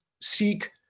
seek